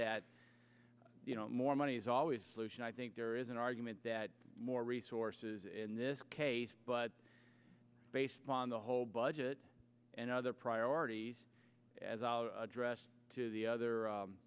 that you know more money is always solution i think there is an argument that more resources in this case but based on the whole budget and other priorities as i address to the other